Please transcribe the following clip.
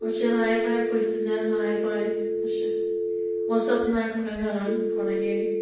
मातशें hi bye पयसल्यान hi bye अशें वचप ना एकामेका घरान कोणागे